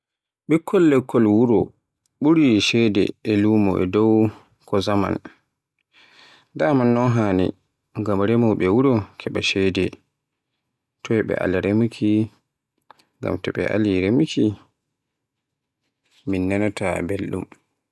Bikkol lekkol wuro ɓuri ceede e lumo e dow ko zaman, daman non haani ngam remoɓe wuro keɓa ceede toy ɓe ala remuki, ngam to ɓe ali min nanaata belɗum.